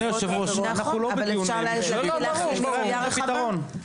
המשטרה תביא את הפתרון.